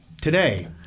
Today